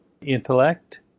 intellect